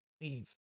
leave